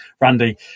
Randy